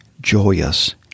joyous